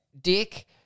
Dick